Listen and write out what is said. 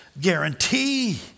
guarantee